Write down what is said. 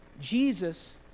Jesus